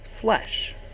flesh